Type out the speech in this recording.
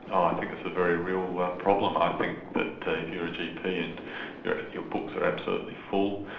i think that's a very real problem. i think that if you're a gp and your your books are absolutely full,